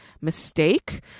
mistake